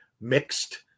mixed